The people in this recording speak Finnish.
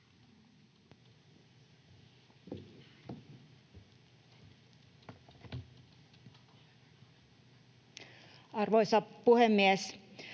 Arvoisa puhemies!